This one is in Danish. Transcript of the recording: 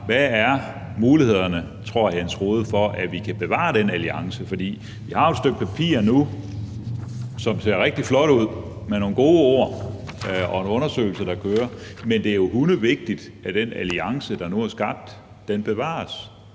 Rohde så mulighederne er for, at vi kan bevare den alliance? Vi har nu et stykke papir, som ser rigtig flot ud, med nogle gode ord og en undersøgelse, der kører, men det er jo meget vigtigt, at den alliance, der nu er skabt, bevares,